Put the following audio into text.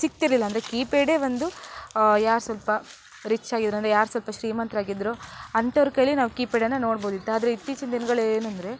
ಸಿಗ್ತಿರಲಿಲ್ಲ ಅಂದರೆ ಕೀಪ್ಯಾಡೇ ಒಂದು ಯಾರು ಸ್ವಲ್ಪ ರಿಚ್ಚಾಗಿದ್ದರು ಅಂದರೆ ಯಾರು ಸ್ವಲ್ಪ ಶ್ರೀಮಂತರಾಗಿದ್ರು ಅಂಥವ್ರ ಕೈಲ್ಲಿ ನಾವು ಕೀಪ್ಯಾಡನ್ನು ನೋಡ್ಬೋದಿತ್ತು ಆದರೆ ಇತ್ತೀಚಿನ ದಿನ್ಗಳು ಏನೆಂದ್ರೆ